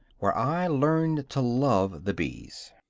where i learned to love the bees.